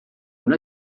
una